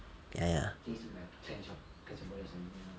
ya ya